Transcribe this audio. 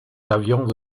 avions